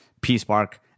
P-Spark